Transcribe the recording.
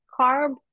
carb